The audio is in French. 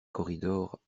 corridor